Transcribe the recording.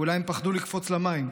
ואולי הם פחדו לקפוץ למים,